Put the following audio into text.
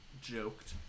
joked